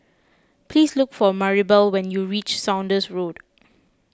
please look for Maribel when you reach Saunders Road